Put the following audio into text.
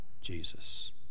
Jesus